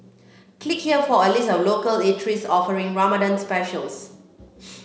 click here for a list of local eateries offering Ramadan specials